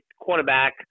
Quarterback